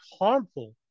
harmful